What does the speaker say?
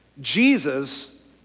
Jesus